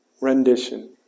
Rendition